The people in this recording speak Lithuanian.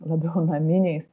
labiau naminiais